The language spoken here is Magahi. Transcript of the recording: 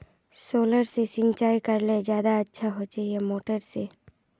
सोलर से सिंचाई करले ज्यादा अच्छा होचे या मोटर से?